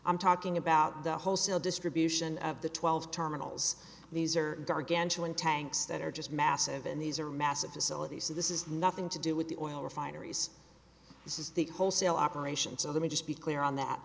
i'm talking about the wholesale distribution of the twelve terminals these are gargantuan tanks that are just massive and these are massive facilities so this is nothing to do with the oil refineries this is the wholesale operations of the me just be clear on that